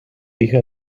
hija